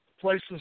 places